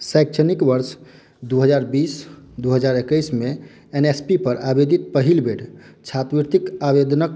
शैक्षणिक वर्ष दू हजार बीस दू हजार एक्कैस मे एन एस पी पर आवेदित पहिल बेर छात्रवृतिक आवेदनक